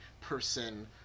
person